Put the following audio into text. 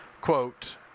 quote